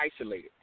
isolated